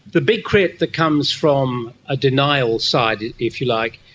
the big crit that comes from a denial side, if you like,